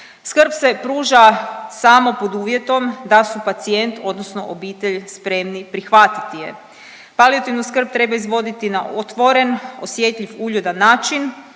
Skrb se pruža samo pod uvjetom da su pacijent odnosno obitelj spremni prihvatiti je. Palijativnu skrb treba izvoditi na otvoren, osjetljiv, uljudan način